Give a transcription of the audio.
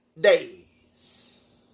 days